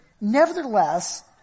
nevertheless